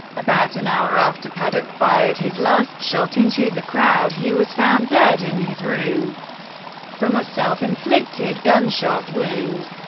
about an hour after paddock fired his last shot into the crowd, he was found dead in his room from a self-inflicted gunshot wound.